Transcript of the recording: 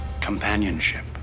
companionship